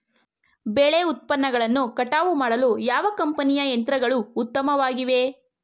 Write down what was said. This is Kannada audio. ಬೆಳೆ ಉತ್ಪನ್ನಗಳನ್ನು ಕಟಾವು ಮಾಡಲು ಯಾವ ಕಂಪನಿಯ ಯಂತ್ರಗಳು ಉತ್ತಮವಾಗಿವೆ?